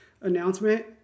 announcement